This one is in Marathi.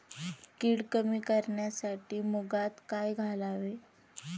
कीड कमी करण्यासाठी मुगात काय घालावे?